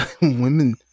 Women